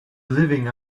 living